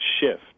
shift